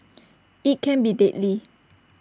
IT can be deadly